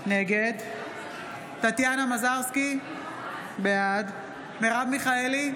נגד טטיאנה מזרסקי, בעד מרב מיכאלי,